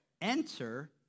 enter